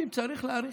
ואם צריך להאריך,